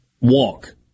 walk